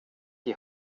die